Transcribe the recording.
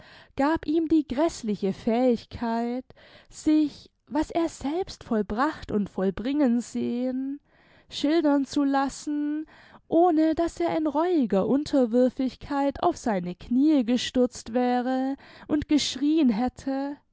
gab ihm die gräßliche fähigkeit sich was er selbst vollbracht und vollbringen sehen schildern zu lassen ohne daß er in reuiger unterwürfigkeit auf seine kniee gestürzt wäre und geschrieen hätte